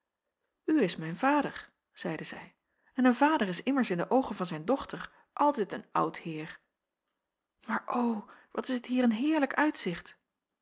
is mijn vader zeide zij en een vader is immers in de oogen van zijn dochter altijd een oud heer maar o wat is het hier een heerlijk uitzicht